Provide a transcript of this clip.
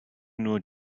nur